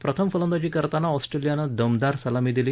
प्रथम फलंदाजी करताना ऑस्ट्रेलियानं दमदार सलामी दिली